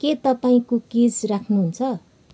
के तपाईँ कुकिज राख्नुहुन्छ